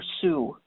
pursue